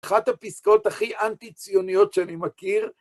אחת הפסקאות הכי אנטי-ציוניות שאני מכיר.